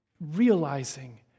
realizing